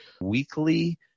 weekly